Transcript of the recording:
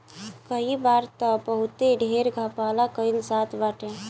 कई बार तअ बहुते ढेर घपला कईल जात बाटे